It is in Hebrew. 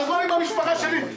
על חשבון הזמן עם המשפחה שלי.